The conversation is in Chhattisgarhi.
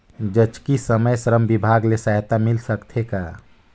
जचकी समय श्रम विभाग ले सहायता मिल सकथे का?